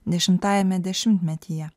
dešimtajame dešimtmetyje